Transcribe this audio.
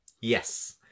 Yes